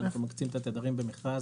שאנחנו מקצים את התדרים במכרז